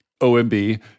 OMB